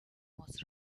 was